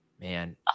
man